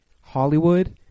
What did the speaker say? Hollywood